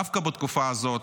דווקא בתקופה הזאת,